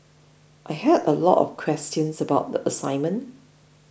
I had a lot of questions about the assignment